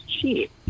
cheap